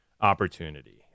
opportunity